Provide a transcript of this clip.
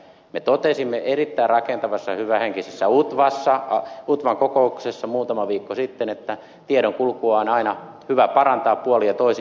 me totesimme erittäin rakentavassa ja hyvähenkisessä utvan kokouksessa muutama viikko sitten että tiedonkulkua on aina hyvä parantaa puolin ja toisin